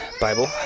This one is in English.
Bible